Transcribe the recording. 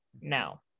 no